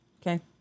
Okay